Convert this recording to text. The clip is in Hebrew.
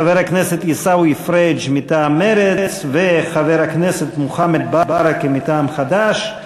חבר הכנסת עיסאווי פריג' מטעם מרצ וחבר הכנסת מוחמד ברכה מטעם חד"ש.